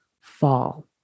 fall